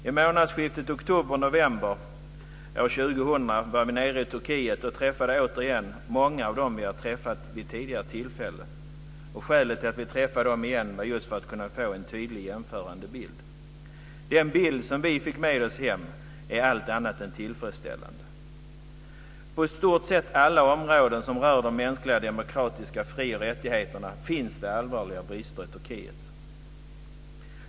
I månadsskiftet oktobernovember år 2000 var vi nere i Turkiet och träffade återigen många av dem som vi har träffat vid tidigare tillfällen. Och skälet till att vi träffade dem igen var just för att kunna få en tydlig och jämförande bild. Den bild som vi fick med oss hem är allt annat än tillfredsställande. På i stort sätt alla områden som rör de mänskliga demokratiska fri och rättigheterna finns det allvarliga brister i Turkiet.